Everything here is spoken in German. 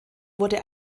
wurde